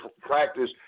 practice